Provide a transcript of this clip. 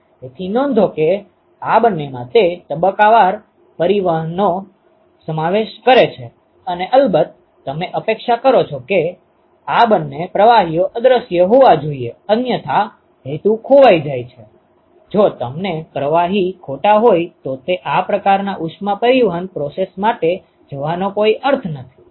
તેથી નોંધો કે આ બંનેમાં તે તબક્કાવાર પરિવર્તનનો સમાવેશ કરે છે અને અલબત્ત તમે અપેક્ષા કરશો કે આ બંને પ્રવાહીઓ અદૃશ્ય હોવા જોઈએ અન્યથા હેતુ ખોવાઈ જાય છે જો તેમના પ્રવાહી ખોટા હોય તો તે આ પ્રકારના ઉષ્મા પરિવહન પ્રોસેસ માટે જવાનો કોઈ અર્થ નથી